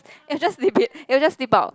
and just lip it and just lip out